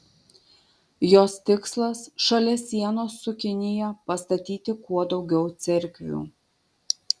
jos tikslas šalia sienos su kinija pastatyti kuo daugiau cerkvių